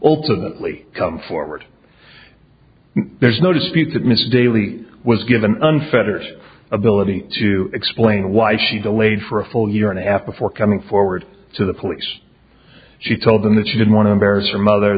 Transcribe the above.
ultimately come forward there's no dispute that mrs daly was given unfettered ability to explain why she delayed for a full year and a half before coming forward to the police she told them that she didn't want to embarrass her mother